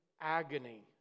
agony